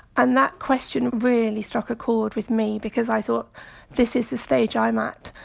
and that question really struck a chord with me because i thought this is the stage i'm at,